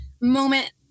moment